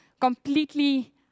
completely